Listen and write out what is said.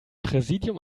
präsidium